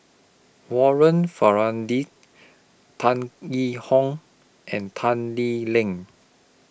Warren Ferndez Tan Yee Hong and Tan Lee Leng